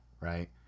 right